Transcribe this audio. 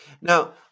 Now